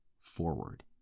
forward